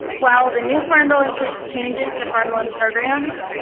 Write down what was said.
while the new farm bill includes changes to farm loan programs,